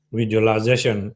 visualization